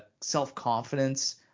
self-confidence